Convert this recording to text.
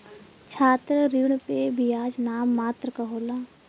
छात्र ऋण पे बियाज नाम मात्र क होला